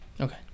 okay